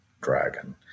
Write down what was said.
dragon